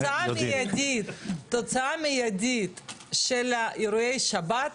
תוצאה מידית של אירועי שבת,